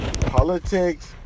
politics